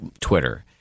Twitter